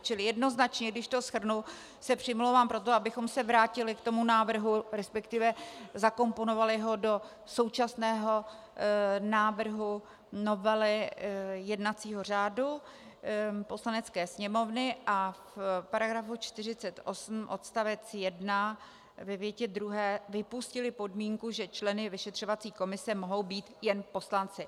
Čili jednoznačně, když to shrnu, se přimlouvám za to, abychom se vrátili k tomu návrhu, resp. zakomponovali ho do současného návrhu novely jednacího řádu Poslanecké sněmovny a v § 48 odst. 1 ve větě druhé vypustili podmínku, že členy vyšetřovací komise mohou být jen poslanci.